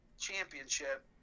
championship